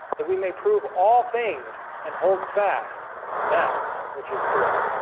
that we may prove all things and hold fast that which is good